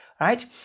right